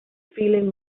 feeling